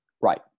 right